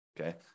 Okay